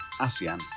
ASEAN